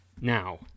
now